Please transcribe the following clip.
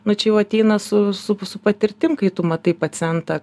nu čia jau ateina su su su patirtim kai tu matai pacientą